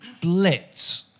blitz